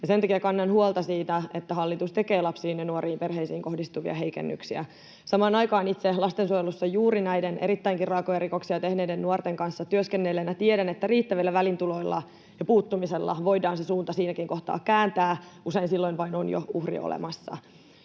sen takia kannan huolta siitä, että hallitus tekee lapsiin ja nuoriin, perheisiin kohdistuvia heikennyksiä. Samaan aikaan itse lastensuojelussa juuri näiden erittäinkin raakoja rikoksia tehneiden nuorten kanssa työskennelleenä tiedän, että riittävillä väliintuloilla ja puuttumisella voidaan se suunta siinäkin kohtaa kääntää, usein silloin vain on jo uhri olemassa.